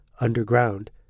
underground